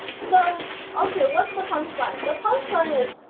so okay, what's the punchline? the punchline is,